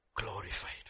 glorified